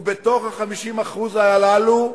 ובתוך ה-50% הללו,